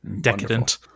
decadent